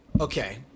Okay